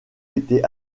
été